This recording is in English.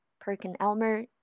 Perkin-Elmer